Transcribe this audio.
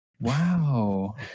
Wow